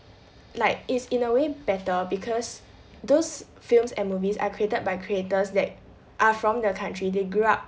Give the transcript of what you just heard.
like is in a way better because those films and movies are created by creators that are from the country they grew up